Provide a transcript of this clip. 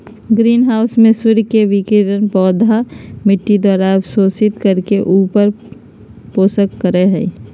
green house में सूर्य के विकिरण पौधा मिट्टी द्वारा अवशोषित करके पोषण करई हई